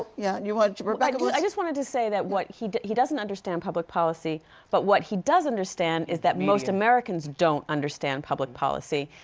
yeah. and rebecca? i just want to to say that what he he doesn't understand public policy but what he does understand is that most americans don't understand public policy.